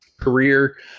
career